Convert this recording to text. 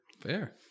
Fair